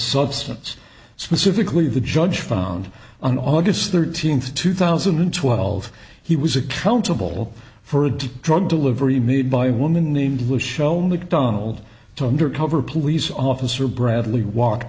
substance specifically the judge found on aug thirteenth two thousand and twelve he was accountable for a drug delivery made by a woman named was shown with donald to undercover police officer bradley walk